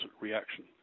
reaction